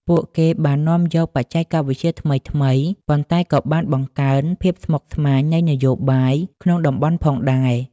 ពួកគេបាននាំយកបច្ចេកវិទ្យាថ្មីៗ ប៉ុន្តែក៏បានបង្កើនភាពស្មុគស្មាញនៃនយោបាយក្នុងតំបន់ផងដែរ។